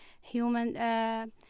human